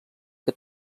que